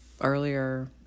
earlier